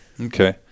Okay